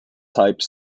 type